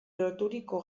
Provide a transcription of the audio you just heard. loturiko